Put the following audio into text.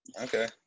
Okay